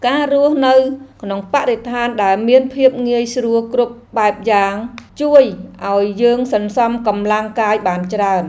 ការរស់នៅក្នុងបរិស្ថានដែលមានភាពងាយស្រួលគ្រប់បែបយ៉ាង ជួយឱ្យយើងសន្សំកម្លាំងកាយបានច្រើន។